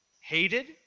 Hated